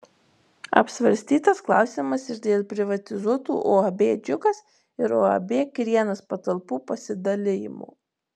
apsvarstytas klausimas ir dėl privatizuotų uab džiugas ir uab krienas patalpų pasidalijimo